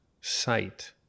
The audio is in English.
sight